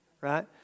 right